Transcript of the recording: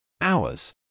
Hours